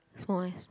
small ice